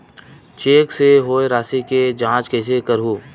Cheque से होए राशि के जांच कइसे करहु?